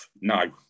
no